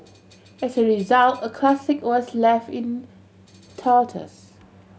as a result a classic was left in tatters